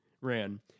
ran